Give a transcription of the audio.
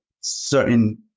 certain